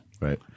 right